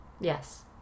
Yes